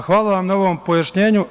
Zahvaljujem na ovom pojašnjenju.